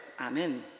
Amen